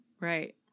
Right